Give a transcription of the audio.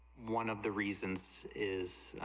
one of the reasons is,